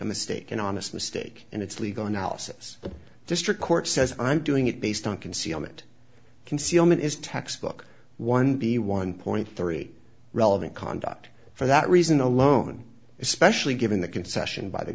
a mistake an honest mistake and it's legal analysis the district court says i'm doing it based on concealment concealment is textbook one b one point three relevant conduct for that reason alone especially given the concession by the